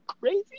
crazy